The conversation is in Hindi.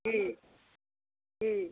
जी जी